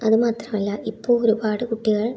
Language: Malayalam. അതുമാത്രമല്ല ഇപ്പോൾ ഒരുപാട് കുട്ടികൾ